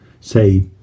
say